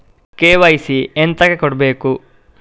KYC ಎಂತಕೆ ಕೊಡ್ಬೇಕು?